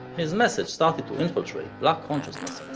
his message started to infiltrate black consciousness